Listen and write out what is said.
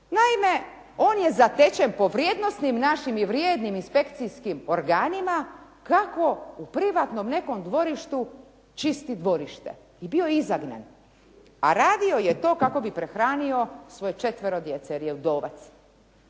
Naime, on je zatečen po vrijednosnim našim i vrijednim inspekcijskim organima kako u privatnom nekom dvorištu čisti dvorište i i bio je izagnan, a radio je to kako bi prehranio svoje četvero djece, jer je udovac.